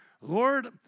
Lord